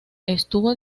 estuvo